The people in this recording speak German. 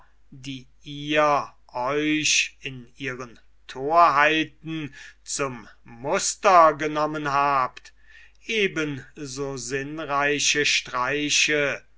die ihr euch in ihren torheiten zum muster genommen habt eben so sinnreiche streiche